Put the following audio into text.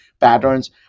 patterns